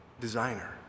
designer